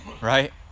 right